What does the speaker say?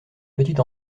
petite